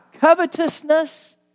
covetousness